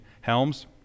Helms